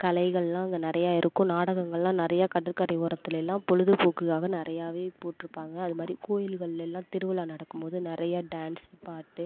கலைகளெல்லாம் அங்கே நிறையா இருக்கும் நாடகங்களெலாம் நிறையா கடற்கரை ஓரத்தில் எல்லாம் பொழுது போக்குக்காக நிறையாவே போட்டுருப்பாங்க அது மாதிரி கோவில்கள்லெல்லாம் திருவிழா நடக்கும் போது நிறைய டான்ஸ் பாட்டு